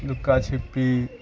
لکا چھپی